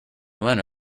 lena